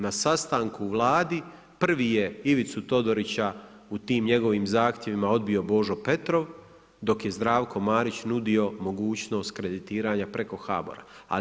Na sastanku u Vladi prvi je Ivicu Todorića u tim njegovim zahtjevima odbio Božo Petrov dok je Zdravko Marić nudio mogućnost kreditiranja preko HBOR-a.